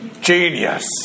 Genius